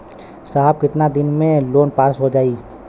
साहब कितना दिन में लोन पास हो जाई?